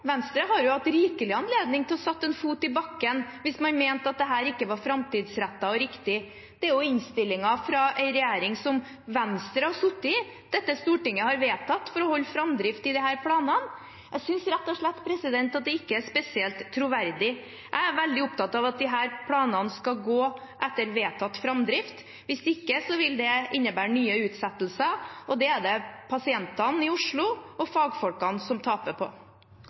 Venstre har hatt rikelig anledning til å sette en fot i bakken hvis man mente at dette ikke var framtidsrettet og riktig. Det er innstillingen fra en regjering som Venstre har sittet i, Stortinget har vedtatt for å holde framdrift i disse planene. Jeg synes rett og slett det ikke er spesielt troverdig. Jeg er veldig opptatt av at disse planene skal gå etter vedtatt framdrift. Hvis ikke vil det innebære nye utsettelser, og det er det pasientene i Oslo og fagfolkene som taper på.